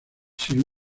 sin